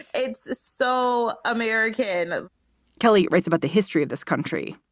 it's so american kelly writes about the history of this country,